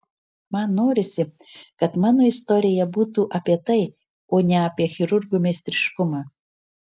man norisi kad mano istorija būtų apie tai o ne apie chirurgo meistriškumą